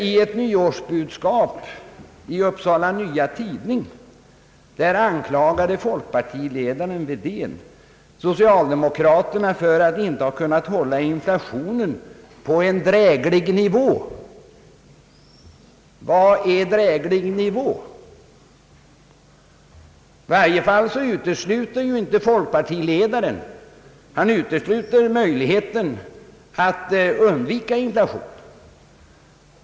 I ett nyårsbudskap i Upsala Nya Tidning anklagade folkpartiledaren Wedén socialdemokraterna för att inte ha kunnat hålla inflationen på en dräglig nivå. Vad är en dräglig nivå? I varje fall utesluter folkpartiledaren möjligheten att undvika en inflation.